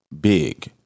big